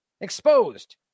Exposed